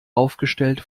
aufgestellt